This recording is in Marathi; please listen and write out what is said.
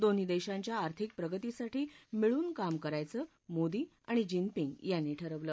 दोन्ही देशांच्या आर्थिक प्रगतीसाठी मिळून काम करायचं मोदी आणि जिनपिंग यांनी ठरवलं